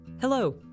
Hello